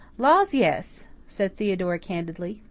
laws, yes, said theodora candidly.